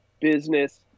business